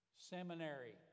seminary